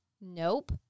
nope